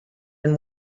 and